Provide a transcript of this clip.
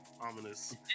ominous